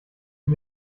und